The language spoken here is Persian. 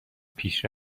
پیش